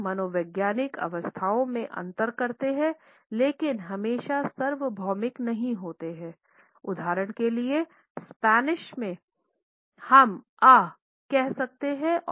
वे मनोवैज्ञानिक अवस्थाओं में अंतर करते हैं लेकिन हमेशा सार्वभौमिक नहीं होते हैं उदाहरण के लिए स्पेनिश में हम अय कह सकते हैं